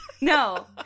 No